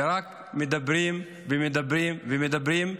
ורק מדברים ומדברים ומדברים.